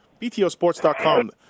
BTOSports.com